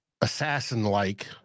assassin-like